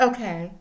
Okay